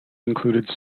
included